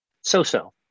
so-so